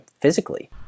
physically